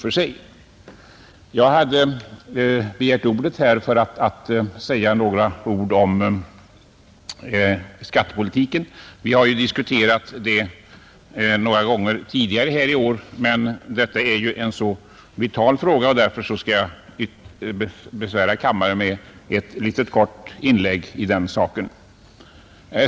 Jag hade begärt ordet för att säga något om skattepolitiken; vi har ju diskuterat den några gånger tidigare i år, men det är ju en mycket vital fråga, och jag skall därför besvära kammaren med ett litet kort inlägg i den saken.